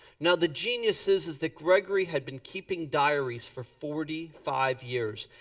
now the genius is is that grigory had been keeping diaries for forty five years.